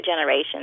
generations